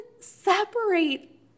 separate